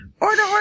Order